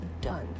done